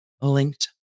linked